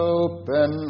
open